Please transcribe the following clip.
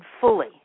fully